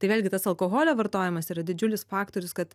tai vėlgi tas alkoholio vartojimas yra didžiulis faktorius kad